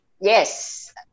yes